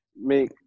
make